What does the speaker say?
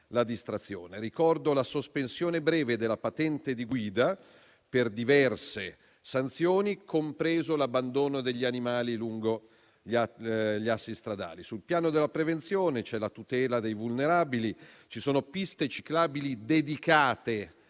la distrazione; ricordo la sospensione breve della patente di guida per diverse sanzioni, compreso l'abbandono degli animali lungo gli assi stradali. Sul piano della prevenzione, è prevista la tutela dei vulnerabili, ci sono piste ciclabili dedicate